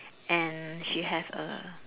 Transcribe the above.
and she have a